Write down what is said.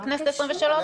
מה קשור?